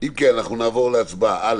נעבור להצבעה על